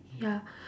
ya